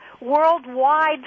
worldwide